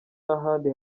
n’ahandi